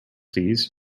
please